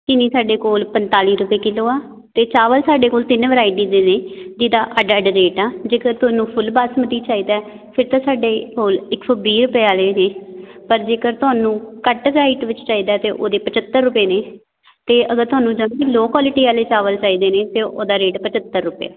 ਚੀਨੀ ਸਾਡੇ ਕੋਲ ਪੰਤਾਲੀ ਰੁਪਏ ਕਿਲੋ ਆ ਅਤੇ ਚਾਵਲ ਸਾਡੇ ਕੋਲ ਤਿੰਨ ਵਰਾਈਟੀ ਦੇ ਨੇ ਜਿਹਦਾ ਅੱਡ ਅੱਡ ਰੇਟ ਆ ਜੇਕਰ ਤੁਹਾਨੂੰ ਫੁੱਲ ਬਾਸਮਤੀ ਚਾਹੀਦਾ ਫਿਰ ਤਾਂ ਸਾਡੇ ਕੋਲ ਇੱਕ ਸੌ ਵੀਹ ਰੁਪਏ ਵਾਲੇ ਨੇ ਪਰ ਜੇਕਰ ਤੁਹਾਨੂੰ ਘੱਟ ਡਾਈਟ ਵਿੱਚ ਚਾਹੀਦਾ ਤਾਂ ਉਹਦੇ ਪਝੱਤਰ ਰੁਪਏ ਨੇ ਅਤੇ ਅਗਰ ਤੁਹਾਨੂੰ ਲੋਅ ਕੁਆਲਿਟੀ ਵਾਲੇ ਚਾਵਲ ਚਾਹੀਦੇ ਨੇ ਤਾਂ ਉਹਦਾ ਰੇਟ ਪਝੱਤਰ ਰੁਪਏ